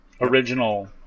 original